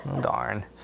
Darn